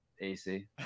AC